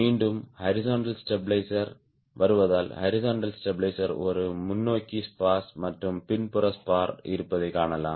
மீண்டும் horizontal stabiliser வருவதால் horizontal stabiliser ஒரு முன்னோக்கி ஸ்பார் மற்றும் பின்புற ஸ்பார் இருப்பதைக் காணலாம்